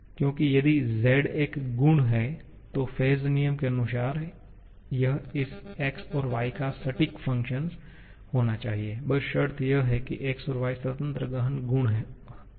क्योंकि यदि z एक गुण है तो फेज़ नियम के अनुसार यह इस x और y का सटीक फंक्शन होना चाहिए बश शर्त यह है की x और y स्वतंत्र और गहन गुण हों